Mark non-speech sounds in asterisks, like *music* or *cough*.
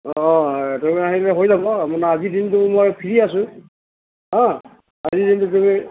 অঁ *unintelligible* আহিলে হৈ যাব আপোনাৰ আজি দিনটো মই ফ্ৰী আছোঁ হা আজি দিনটো তুমি